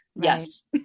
Yes